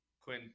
Quinn